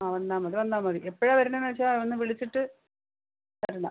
ആ വന്നാൽ മതി വന്നാൽ മതി എപ്പോഴാണ് വരുന്നതെന്ന് വച്ചാൽ ഒന്ന് വിളിച്ചിട്ട് വരണം